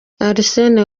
arsene